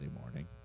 morning